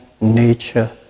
nature